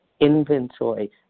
inventory